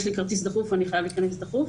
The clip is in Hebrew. יש לי כרטיס ואני חייב להיכנס באופן דחוף.